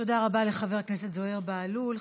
תודה רבה לחבר הכנסת זוהיר בהלול.